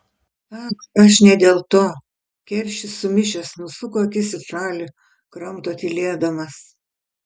ag aš ne dėl to keršis sumišęs nusuko akis į šalį kramto tylėdamas